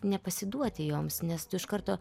nepasiduoti joms nes tu iš karto